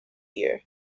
year